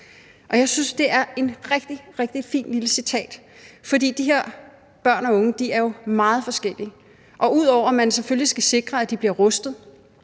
Jeg synes, at det er et rigtig, rigtig fint lille citat, for de her børn og unge er jo meget forskellige. Og ud over at man selvfølgelig skal sikre, at de bliver rustede